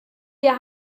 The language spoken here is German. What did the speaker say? wir